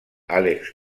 alex